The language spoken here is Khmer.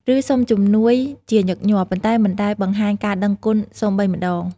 ឬសុំជំនួយជាញឹកញាប់ ប៉ុន្តែមិនដែលបង្ហាញការដឹងគុណសូម្បីម្ដង។